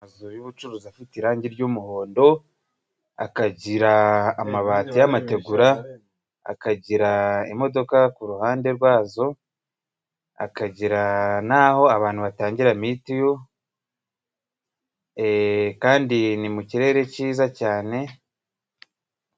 Inzu y'ubucuruzi ifite irangi ry'umuhondo, akagira amabati y'amategura, akagira imodoka ku uruhande rwazo, hakagira naho abantu batangira mitiyu kandi ni mu kirere cyiza cyane.